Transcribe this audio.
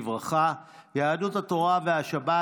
אלינה ברדץ' יאלוב ושרון רופא אופיר,